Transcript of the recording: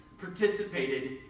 participated